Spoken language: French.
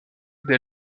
dès